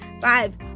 five